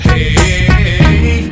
Hey